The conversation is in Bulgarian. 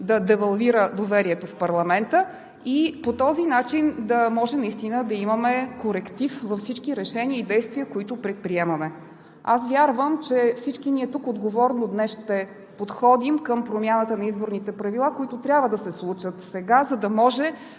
да девалвира доверието в парламента и по този начин да може наистина да имаме коректив във всички решения и действия, които предприемаме. Аз вярвам, че всички ние тук отговорно днес ще подходим към промяната на изборните правила, които трябва да се случат сега, за да може